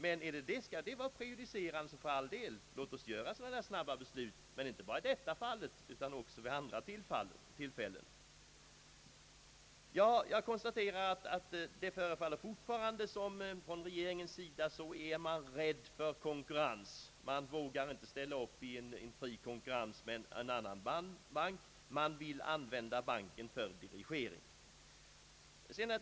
Men skall de tre timmarnas överläggning om skattepaketet vara prejudicerande, låt oss då fatta snabba beslut, men inte bara i detta fall, utan även vid andra tillfällen. Jag konstaterar att det fortfarande förefaller som om man från regeringens sida är rädd för konkurrens. Man vågar inte ställa upp i en fri konkurrens med en annan bank, man vill använda banken för dirigering.